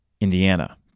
Indiana